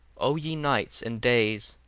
o ye nights and days,